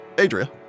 Adria